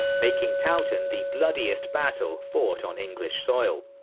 making towton the bloodiest battle fought on english soil.